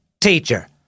teacher